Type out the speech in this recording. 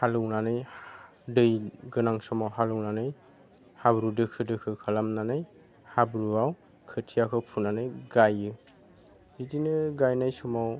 हालेवनानै दै गोनां समाव हालेवनानै हाब्रु दोखो दोखो खालामनानै हाब्रुआव खोथियाखौ फुनानै गायो बिदिनो गायनाय समाव